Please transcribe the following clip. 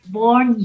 born